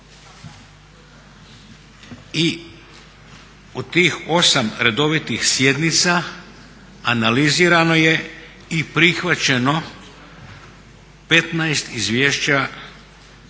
i u tih 8 redovitih sjednica analizirano je i prihvaćeno 15 izvješća pojedinih